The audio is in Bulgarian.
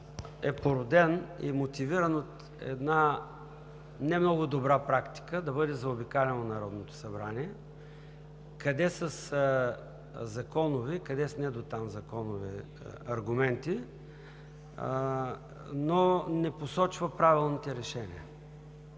е породен и мотивиран от една не много добра практика – да бъде заобикаляно Народното събрание, къде със законови, къде с недотам законови аргументи, но не посочва правилните решения.